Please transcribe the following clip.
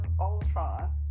Ultron